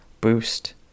boost